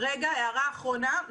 הערה אחרונה,